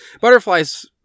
butterflies